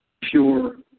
pure